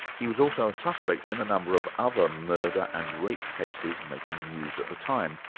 he was also a suspect in a number of other murder and rape cases making news at the time.